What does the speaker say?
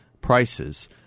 prices